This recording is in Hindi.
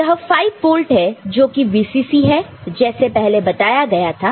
तो यह 5 वोल्ट है जो की VCC है जैसे पहले बताया गया था